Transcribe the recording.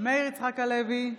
מאיר יצחק הלוי,